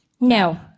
No